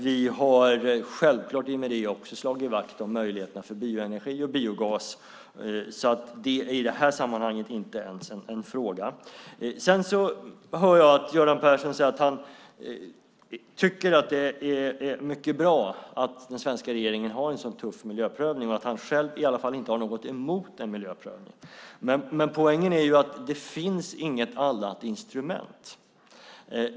Vi har självklart i och med detta också slagit vakt om möjligheterna för bioenergi och biogas. Det är i det här sammanhanget inte ens en fråga. Göran Persson säger att det är bra att den svenska regeringen har en så tuff miljöprövning och att han själv inte har något emot en miljöprövning. Poängen är att det inte finns något annat instrument.